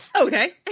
Okay